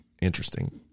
interesting